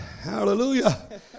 Hallelujah